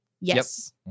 Yes